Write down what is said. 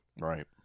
Right